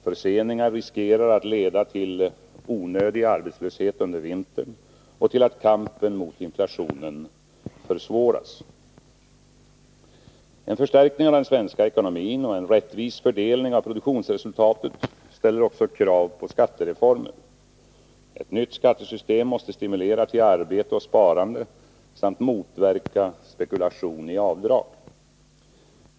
Förseningar riskerar att leda till onödig arbetslöshet under vintern och till att kampen mot inflationen försvåras. En förstärkning av den svenska ekonomin och en rättvis fördelning av produktionsresultatet ställer också krav på skattereformer. Ett nytt skattesystem måste stimulera till arbete och sparande samt motverka spekulation i avdrag.